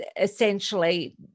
essentially